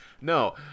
No